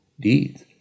deeds